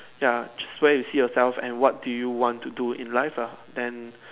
ya just where you see yourself and what do you want to do in life lah then